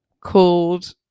called